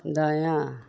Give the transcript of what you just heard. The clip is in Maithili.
दायाँ